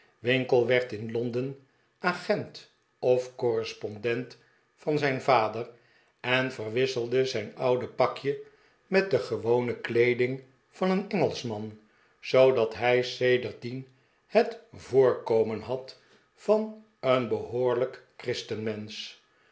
winkle werd in londen agent of correspondent van zijn vader en verwisselde zijn oude pakje met de gewone kleeding van een engelschman zoodat hij sedertdien het voorkomen had van een behoorlijk christenmensch